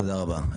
תודה רבה.